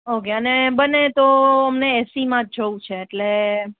okay અને બને તો અમને એસીમાં જ જવું છે એટલે